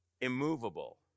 immovable